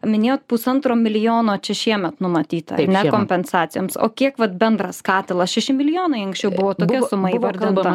minėjot pusantro milijono čia šiemet numatyta ar ne kompensacijoms o kiek va bendras katilas šeši milijonai anksčiau buvo tokia suma įvardinta